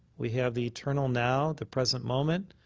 we have the eternal now, the present moment,